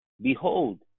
Behold